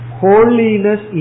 holiness